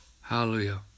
Hallelujah